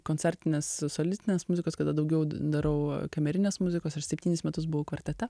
koncertinės solistinės muzikos kada daugiau darau kamerinės muzikos aš septynis metus buvau kvartete